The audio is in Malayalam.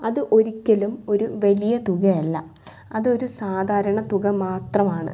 അത് ഒരിക്കലും ഒരു വലിയ തുകയല്ല അതൊരു സാധാരണ തുക മാത്രമാണ്